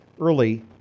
early